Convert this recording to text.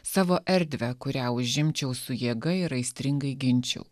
savo erdvę kurią užimčiau su jėga ir aistringai ginčiau